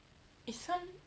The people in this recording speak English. it's some